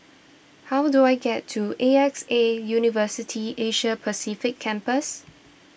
how do I get to A X A University Asia Pacific Campus